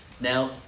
Now